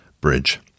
Bridge